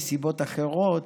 מסיבות אחרות?